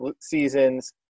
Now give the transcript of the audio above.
seasons